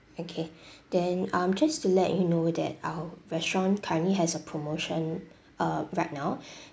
okay then um just to let you know that our restaurant currently has a promotion uh right now